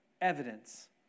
evidence